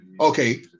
Okay